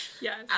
Yes